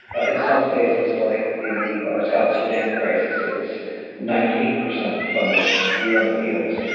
ah in some places like the south sudan crisis it was nineteen percent funded, the un appeals.